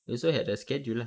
we also had the schedule lah